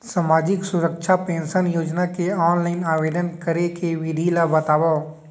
सामाजिक सुरक्षा पेंशन योजना के ऑनलाइन आवेदन करे के विधि ला बतावव